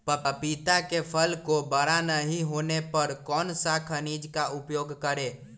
पपीता के फल को बड़ा नहीं होने पर कौन सा खनिज का उपयोग करें?